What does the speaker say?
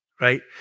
Right